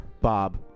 Bob